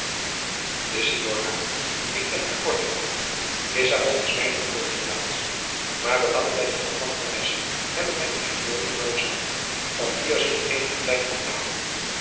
de signora ik ben uit portugal lissabon is mijne geboorteplaats maar belangen met het hof van farnese hebben mijn echtgenoot genoodzaakt om hier zich eenigen tijd op te houden